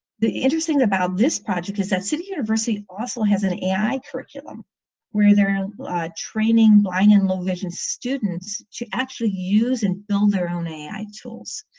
the interesting part about this project is that city university fossil has an ai curriculum where they're training blind and low-vision students to actually use and build their own ai tools.